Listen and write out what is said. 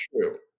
true